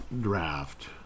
draft